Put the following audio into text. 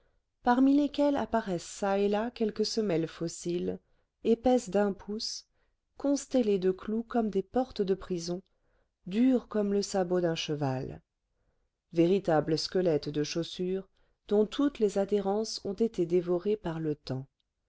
parmi lesquelles apparaissent çà et là quelques semelles fossiles épaisses d'un pouce constellées de clous comme des portes de prison dures comme le sabot d'un cheval véritables squelettes de chaussures dont toutes les adhérences ont été dévorées par le temps